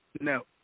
No